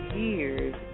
years